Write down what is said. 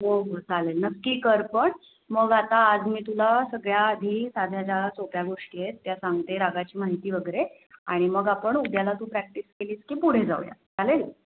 हो हो चालेल नक्की कर पण मग आता आज मी तुला सगळ्या आधी साध्या सोप्या गोष्टी आहेत त्या सांगते रागाची माहिती वगैरे आणि मग आपण उद्याला तू प्रॅक्टिस केलीस की पुढे जाऊया चालेल